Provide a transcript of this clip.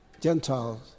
Gentiles